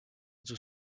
tout